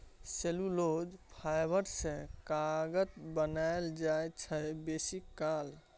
cellulose fibre सँ कागत बनाएल जाइ छै बेसीकाल